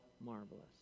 marvelous